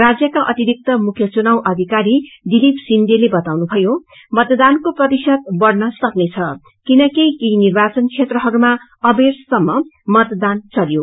राज्यका अतिरिक्त मुख्य चुनाव अधिकारी दिलीप शिंदेले बताउनभयो मतदानको प्रतिशत बढ़न सक्नेछ किनकि केही निर्वाचन क्षेत्रहरूमा अबेरसम्म मतदान चल्यो